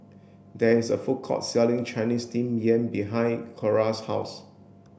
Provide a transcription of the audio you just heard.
there is a food court selling Chinese steamed yam behind Cora's house